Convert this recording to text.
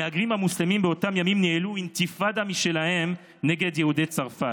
המהגרים המוסלמים באותם ימים ניהלו אינתיפאדה משלהם נגד יהודי צרפת.